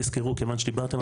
תזכרו כיוון שדיברתם.